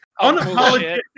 Unapologetic